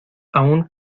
aun